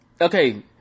okay